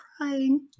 crying